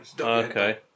Okay